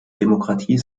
demokratie